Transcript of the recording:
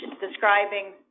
describing